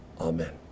amen